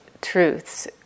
truths